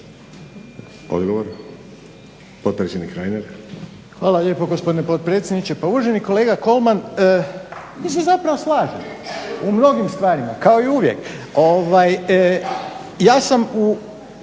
**Reiner, Željko (HDZ)** Hvala lijepo gospodine potpredsjedniče. Pa uvaženi kolega Kolman, mi se zapravo slažemo u mnogim stvarima kao i uvijek. Ja sam u